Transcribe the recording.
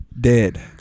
Dead